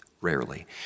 rarely